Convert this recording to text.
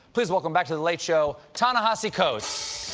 please welcome back to the late show, ta-nehisi coates!